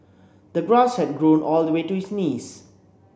the grass had grown all the way to his knees